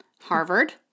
Harvard